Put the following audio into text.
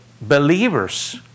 believers